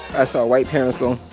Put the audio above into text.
i saw white parents go,